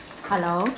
hello